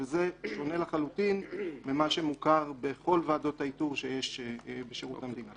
וזה שונה לחלוטין ממה שמוכר בכל ועדות האיתור שיש בשירות המדינה.